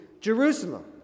Jerusalem